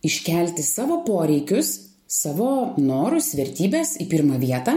iškelti savo poreikius savo norus vertybes į pirmą vietą